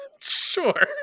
Sure